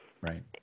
Right